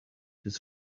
his